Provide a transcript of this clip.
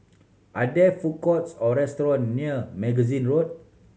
are there food courts or restaurant near Magazine Road